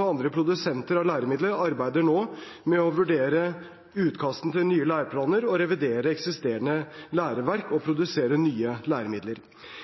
og andre produsenter av læremidler arbeider nå med å vurdere utkastene til nye læreplaner, revidere eksisterende læreverk og